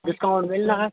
discount میلہِ نا اَتھ